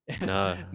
no